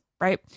right